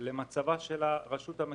למצבה של הרשות המקומית,